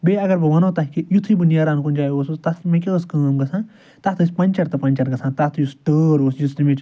بیٚیہِ اَگر بہٕ وَنو تۄہہِ کہِ یِتھُے بہٕ نیران کُنہِ جایہِ اوسُس تَتھ مےٚ کیٛاہ ٲسۍ کٲم گژھان تَتھ ٲسۍ پَنٛچر تہٕ پَنٛچر گژھان تَتھ یُس ٹٲر اوس یُس تَمِچۍ